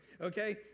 Okay